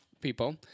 people